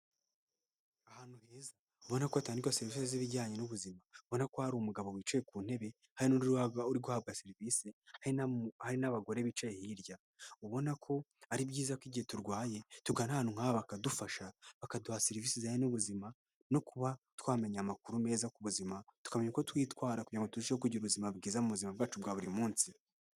Ahantu heza ubona kotangagirwa sevisi z'ibijyanye n'ubuzima, ubona ko hari umugabo wicaye ku ntebe hari n'undi uri guhabwa serivisi, hari n'abagore bicaye hirya, ubona ko ari byiza ko igihe turwaye tugana ahantu nk'aha bakadufasha bakaduha serivisi zijyanye n'ubuzima no kuba twamenya amakuru meza ku buzima, tukamenya ko twitwara kugira ngo tushe kugira ubuzima bwiza mu buzima bwacu bwa buri munsi.